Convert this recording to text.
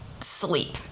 sleep